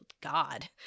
God